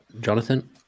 Jonathan